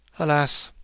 alas!